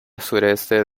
sureste